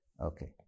Okay